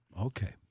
Okay